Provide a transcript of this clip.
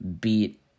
beat